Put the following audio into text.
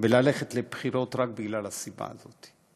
וללכת לבחירות רק מהסיבה הזאת.